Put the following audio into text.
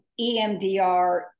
EMDR